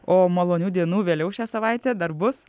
o malonių dienų vėliau šią savaitę dar bus